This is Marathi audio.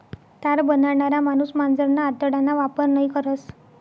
तार बनाडणारा माणूस मांजरना आतडाना वापर नयी करस